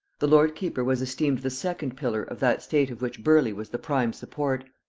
the lord keeper was esteemed the second pillar of that state of which burleigh was the prime support.